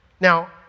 Now